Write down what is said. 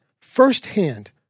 firsthand